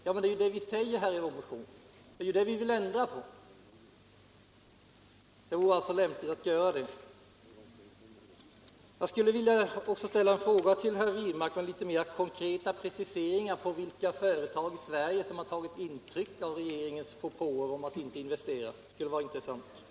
Ja, men det är ju det vi säger i vår motion, och det är ju det vi vill ändra på. Det vore alltså lämpligt att göra detta. Jag skulle också vilja be herr Wirmark om litet mer konkreta preciseringar om vilka svenska företag som har tagit intryck av regeringens propåer om att inte investera. Det skulle vara intressant att få veta.